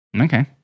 Okay